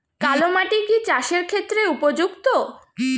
কালো মাটি কি চাষের ক্ষেত্রে উপযুক্ত?